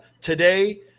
Today